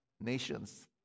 nations